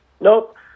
Nope